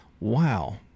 Wow